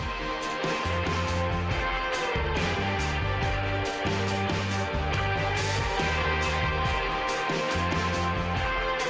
on,